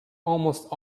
almost